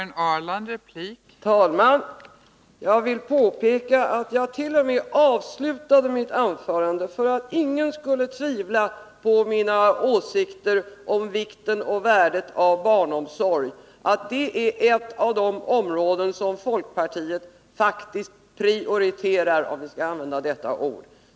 Fru talman! Jag vill påpeka att jag t.o.m. avslutade mitt anförande på ett sådant sätt att ingen skulle tvivla på mina åsikter om vikten och värdet av barnomsorg, att det är ett av de områden som folkpartiet faktiskt prioriterar, om vi skall använda detta ord.